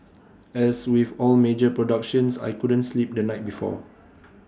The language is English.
as with all major productions I couldn't sleep the night before